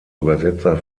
übersetzer